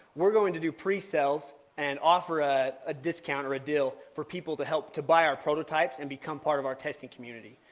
we're going to do pre-sales and offer ah a discount or a deal for people to help to buy our prototypes and become part of our testing community.